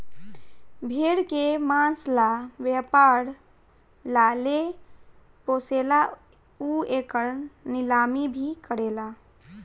भेड़ के मांस ला व्यापर ला जे पोसेला उ एकर नीलामी भी करेला